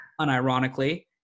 unironically